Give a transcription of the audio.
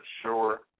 sure